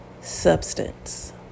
Substance